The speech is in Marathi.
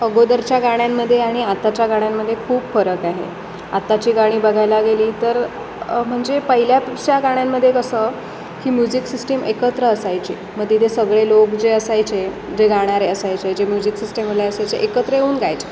अगोदरच्या गाण्यांमध्ये आणि आताच्या गाण्यांमध्ये खूप फरक आहे आताची गाणी बघायला गेली तर म्हणजे पहिल्याच्या गाण्यांमध्ये कसं की म्युझिक सिस्टीम एकत्र असायचे मग तिथे सगळे लोक जे असायचे जे गाणारे असायचे जे म्युझिक असायचे एकत्र येऊन गायचे